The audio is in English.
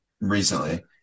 recently